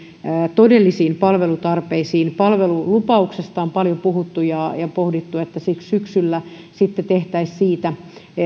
todellisiin palvelutarpeisiin palvelulupauksesta on paljon puhuttu ja ja on pohdittu että syksyllä sitten tehtäisiin siitä